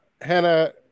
Hannah